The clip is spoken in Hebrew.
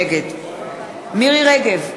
נגד מירי רגב,